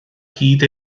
hyd